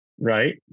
Right